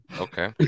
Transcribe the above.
Okay